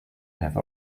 have